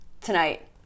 tonight